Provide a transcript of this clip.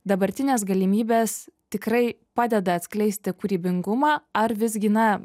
dabartinės galimybės tikrai padeda atskleisti kūrybingumą ar visgi na